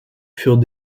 furent